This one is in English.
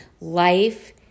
life